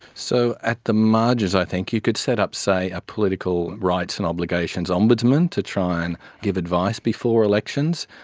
so at the margins i think you could set up, say, a political rights and obligations ombudsman to try and give advice before elections.